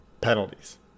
penalties